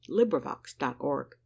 LibriVox.org